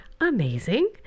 amazing